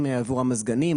עבור המזגנים,